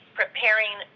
preparing